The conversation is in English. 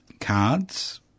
cards